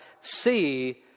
see